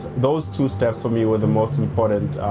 those two steps for me were the most important,